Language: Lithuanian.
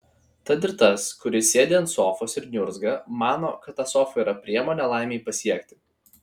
tad ir tas kuris sėdi ant sofos ir niurzga mano kad ta sofa yra priemonė laimei pasiekti